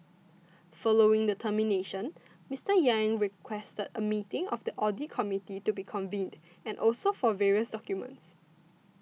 following the termination Mister Yang requested a meeting of the audit committee to be convened and also for various documents